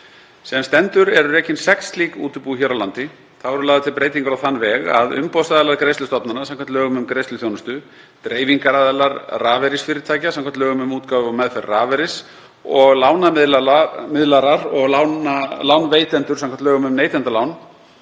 Sem stendur eru rekin sex slík útibú hér á landi. Þá eru lagðar til breytingar á þann veg að umboðsaðilar greiðslustofnana samkvæmt lögum um greiðsluþjónustu, dreifingaraðilar rafeyrisfyrirtækja samkvæmt lögum um útgáfu og meðferð rafeyris og lánamiðlarar og lánveitendur samkvæmt lögum um neytendalán